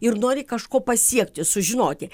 ir nori kažko pasiekti sužinoti